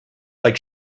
like